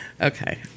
Okay